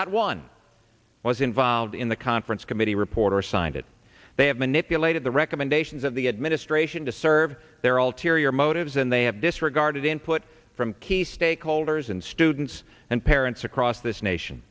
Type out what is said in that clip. not one was involved in the conference committee report or signed it they have manipulated the recommendations of the administration to serve their altieri or motives and they have disregarded input from key stakeholders and students and parents across this nation